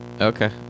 Okay